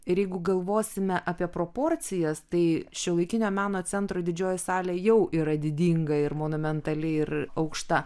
ir jeigu galvosime apie proporcijas tai šiuolaikinio meno centro didžioji salė jau yra didinga ir monumentali ir aukšta